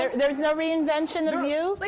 and there's no reinvention of you? like